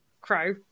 crow